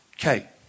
Okay